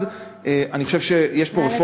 1. אני חושב שיש פה רפורמה,